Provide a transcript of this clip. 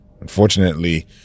Unfortunately